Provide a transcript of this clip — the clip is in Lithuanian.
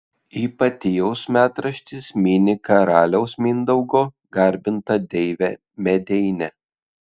ipatijaus metraštis mini karaliaus mindaugo garbintą deivę medeinę